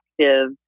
active